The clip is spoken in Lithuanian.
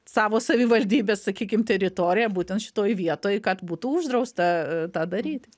savo savivaldybės sakykim teritoriją būtent šitoj vietoj kad būtų uždrausta tą daryti